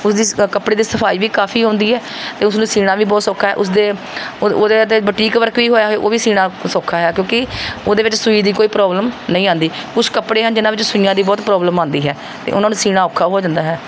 ਉਸਦੀ ਕੱਪੜੇ ਦੇ ਸਫਾਈ ਵੀ ਕਾਫ਼ੀ ਆਉਂਦੀ ਹੈ ਅਤੇ ਉਸ ਨੂੰ ਸਿਉਂਣਾ ਵੀ ਬਹੁਤ ਸੌਖਾ ਹੈ ਉਸਦੇ ਉਹ ਉਹਦੇ 'ਤੇ ਬੁਟੀਕ ਵਰਕ ਵੀ ਹੋਇਆ ਹੈ ਉਹ ਵੀ ਸਿਉਂਣਾ ਸੌਖਾ ਆ ਕਿਉਂਕਿ ਉਹਦੇ ਵਿੱਚ ਸੂਈ ਦੀ ਕੋਈ ਪ੍ਰੋਬਲਮ ਨਹੀਂ ਆਉਂਦੀ ਕੁਛ ਕੱਪੜੇ ਹਨ ਜਿਹਨਾਂ ਵਿੱਚ ਸੂਈਆਂ ਦੀ ਬਹੁਤ ਪ੍ਰੋਬਲਮ ਆਉਂਦੀ ਹੈ ਅਤੇ ਉਹਨਾਂ ਨੂੰ ਸਿਉਂਣਾ ਔਖਾ ਹੋ ਜਾਂਦਾ ਹੈ